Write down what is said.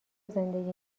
زندگی